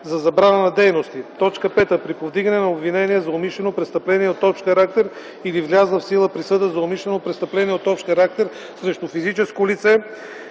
за забрана на дейности; 5. при повдигане на обвинение за умишлено престъпление от общ характер или влязла в сила присъда за умишлено престъпление от общ характер срещу физическо лице